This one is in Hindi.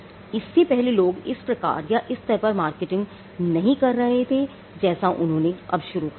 इससे पहले लोग इस प्रकार या स्तर पर मार्केटिंग नहीं कर रहे थे जैसा उन्होंने अब शुरू कर दिया था